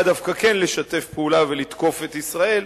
דווקא כן לשתף פעולה ולתקוף את ישראל,